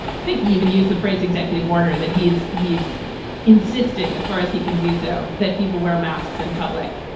think he even used the phrase executive order that he is he is insisting as far as he can do so that people wear masks in public.